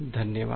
धन्यवाद